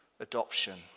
adoption